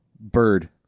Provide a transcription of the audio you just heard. Bird